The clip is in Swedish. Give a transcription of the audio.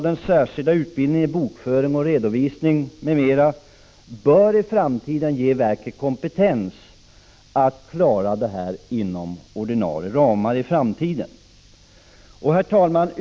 Den särskilda utbildningen i bokföring, redovisning m.m. bör i framtiden ge verket kompetens att klara kontrollen inom ordinarie ramar. Herr talman!